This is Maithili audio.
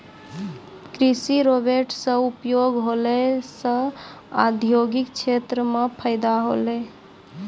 कृषि रोवेट से उपयोग होला से औद्योगिक क्षेत्र मे फैदा होलै